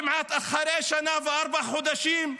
כמעט אחרי שנה וארבעה חודשים,